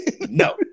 No